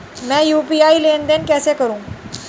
मैं यू.पी.आई लेनदेन कैसे करूँ?